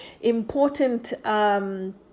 important